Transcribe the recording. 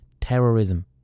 terrorism